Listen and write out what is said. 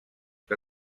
que